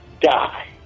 die